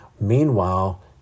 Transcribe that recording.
Meanwhile